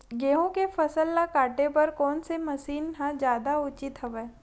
गेहूं के फसल ल काटे बर कोन से मशीन ह जादा उचित हवय?